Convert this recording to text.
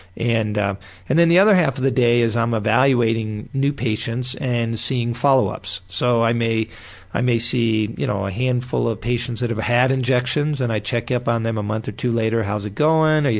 and ah and then the other half of the day is i'm evaluating new patients and seeing follow-ups, so i may i may see you know a handful of patients that have had injections and i check up on them a month or two later. how's it going? yeah